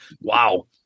Wow